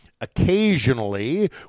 Occasionally